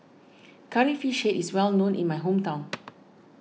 Curry Fish Head is well known in my hometown